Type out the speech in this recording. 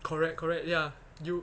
correct correct ya you